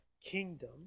kingdom